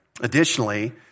Additionally